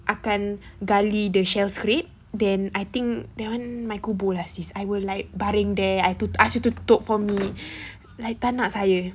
akan gali the shell scrape then I think that one my kubur lah sis I will like baring there I pun ask you to tutup for me like tak nak saya